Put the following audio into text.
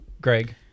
Greg